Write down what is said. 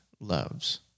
loves